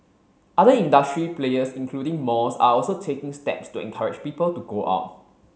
other industry players including malls are also taking steps to encourage people to go out